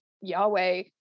Yahweh